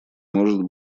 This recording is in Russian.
может